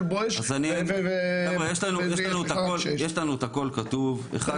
"בואש" --- יש לנו את הכל כתוב אחד לאחד.